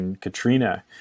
Katrina